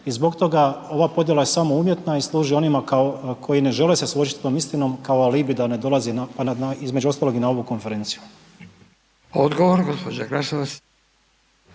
i zbog toga ova podjela je samo uvjetna i služi onima kao koji ne žele se suočiti s tim istinom kao alibi da ne dolazi između ostalog i na ovu konferenciju. **Radin, Furio